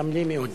גם לי, מאוד.